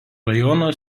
rajono